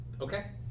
okay